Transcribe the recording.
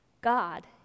God